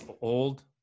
old